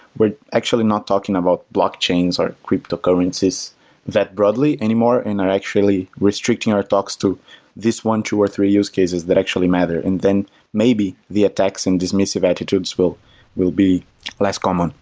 we're actually not talking about blockchains or cryptocurrencies that broadly anymore, and are actually restricting our talks to this one, two, or three use cases that actually matter, and then maybe the attacks and dismissive attitudes will will be less common,